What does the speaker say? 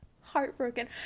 Heartbroken